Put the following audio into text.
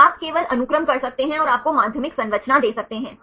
तो आप केवल अनुक्रम कर सकते हैं और आपको माध्यमिक संरचना दे सकते हैं